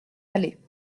aller